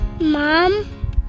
mom